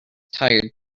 tired